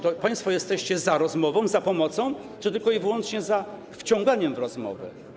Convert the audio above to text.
To państwo jesteście za rozmową, za pomocą czy tylko i wyłącznie za wciąganiem w rozmowę?